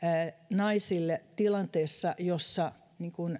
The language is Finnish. naisille tilanteessa jossa